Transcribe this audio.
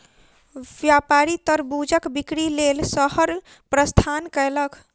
व्यापारी तरबूजक बिक्री लेल शहर प्रस्थान कयलक